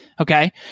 okay